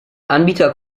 anbieter